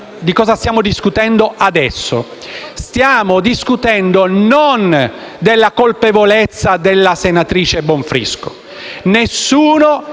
di cosa stiamo discutendo adesso. Non stiamo discutendo della colpevolezza della senatrice Bonfrisco.